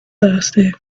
thirsty